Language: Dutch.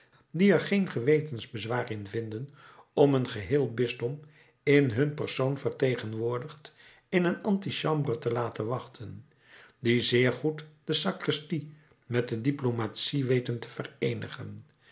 die er geen gewetensbezwaar in vinden om een geheel bisdom in hun persoon vertegenwoordigd in een antichambre te laten wachten die zeer goed de sacristie met de diplomatie weten te vereenigen